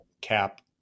cap